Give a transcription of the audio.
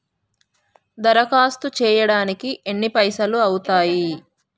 దరఖాస్తు చేయడానికి ఎన్ని పైసలు అవుతయీ?